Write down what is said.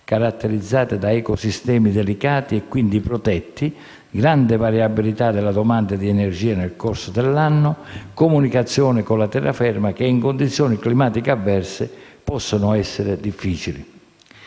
caratterizzata da ecosistemi delicati e quindi protetti, grande variabilità della domanda di energia nel corso dell'anno, comunicazioni con la terraferma che in condizioni climatiche avverse possono essere difficili.